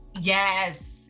Yes